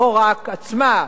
לא רק עצמן,